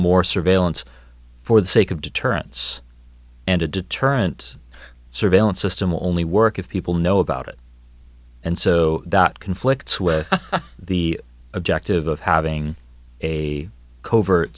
more surveillance for the sake of deterrence and a deterrent surveillance system will only work if people know about it and so that conflicts with the objective of having a covert